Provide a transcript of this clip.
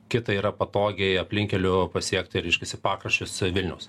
kita yra patogiai aplinkkeliu pasiekti reiškiasi pakraščius vilniaus